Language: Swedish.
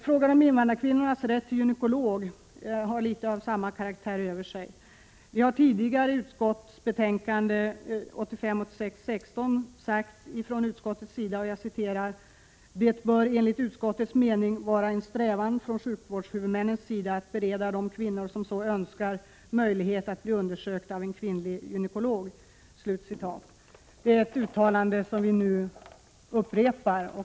Frågan om invandrarkvinnornas rätt till gynekolog har litet av samma karaktär över sig. I betänkandet 1985/86:16 har utskottet sagt att det enligt utskottets mening bör vara en strävan från sjukvårdshuvudmännens sida att bereda de kvinnor som så önskar möjlighet att bli undersökt av en kvinnlig gynekolog. Det är ett uttalande som vi upprepar.